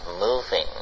moving